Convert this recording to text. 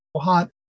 hot